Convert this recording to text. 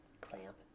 Clamp